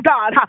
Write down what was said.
God